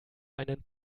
einen